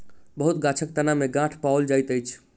बहुत गाछक तना में गांठ पाओल जाइत अछि